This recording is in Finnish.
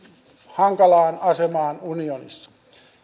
hankalaan asemaan unionissa